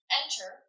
enter